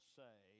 say